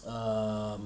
err